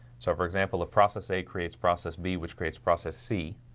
so for example a process a creates process b, which creates process c?